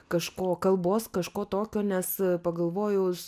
kažko kalbos kažko tokio nes pagalvojus